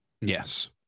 Yes